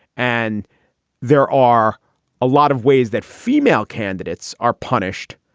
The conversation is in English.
and there are a lot of ways that female candidates are punished.